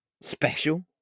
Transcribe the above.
Special